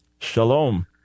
Shalom